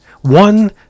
One